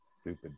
stupid